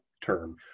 term